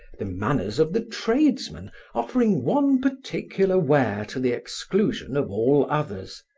the manners of the tradesman offering one particular ware to the exclusion of all others.